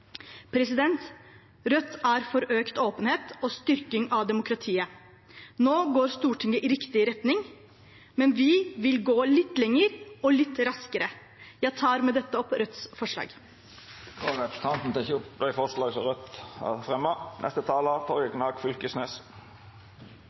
Rødt er for økt åpenhet og styrking av demokratiet. Nå går Stortinget i riktig retning, men vi vil gå litt lenger og litt raskere. Jeg tar med dette opp Rødts forslag. Representanten Seher Aydar har teke opp